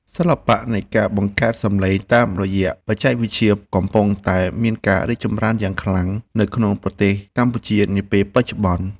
សិល្បៈនៃការបង្កើតសំឡេងតាមរយៈបច្ចេកវិទ្យាកំពុងតែមានការរីកចម្រើនយ៉ាងខ្លាំងនៅក្នុងប្រទេសកម្ពុជានាពេលបច្ចុប្បន្ន។